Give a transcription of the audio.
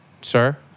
sir